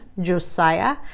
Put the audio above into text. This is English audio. Josiah